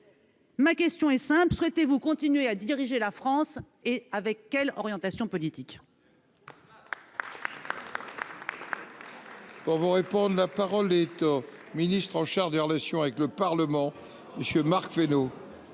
Ma question est simple : souhaitez-vous continuer à diriger la France, et avec quelle orientation politique ?